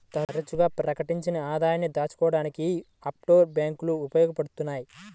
తరచుగా ప్రకటించని ఆదాయాన్ని దాచుకోడానికి యీ ఆఫ్షోర్ బ్యేంకులు ఉపయోగించబడతయ్